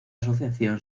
asociación